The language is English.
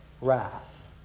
wrath